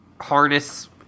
harness